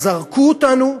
זרקו אותנו,